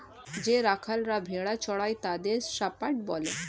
যে রাখালরা ভেড়া চড়ায় তাদের শেপার্ড বলা হয়